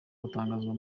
gutangazwa